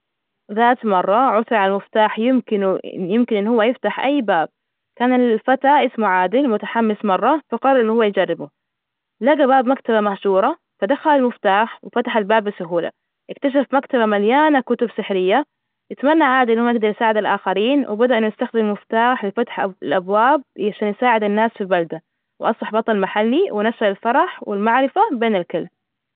ذات مرة، عث عن المفتاح، يمكن. يمكن إن هو يفتح أي باب. كان الفتاة إسمه عادل، متحمس مرة فقر، إنه هو يجربه لقى باب مكتبة محشورة فدخل المفتاح وفتح الباب بسهولة. إكتشف مكتبه مليانة كتب سحرية يتمنى عادة إنه ما يقدر يساعد الآخرين. وبدء إنه يستخدم المفتاح لفتح أب الأبواب عشان يساعد الناس في البلدة وأصبح بطل محلي. ونشر الفرح والمعرفة بين الكل.